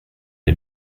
der